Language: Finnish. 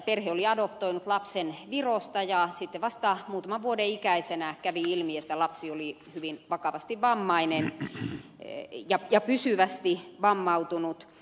perhe oli adoptoinut lapsen virosta ja sitten vasta muutaman vuoden ikäisenä kävi ilmi että lapsi oli hyvin vakavasti vammainen ja pysyvästi vammautunut